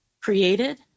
created